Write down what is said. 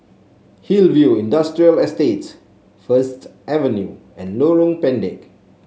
Hillview Industrial Estate First Avenue and Lorong Pendek